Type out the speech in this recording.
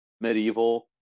medieval